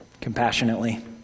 compassionately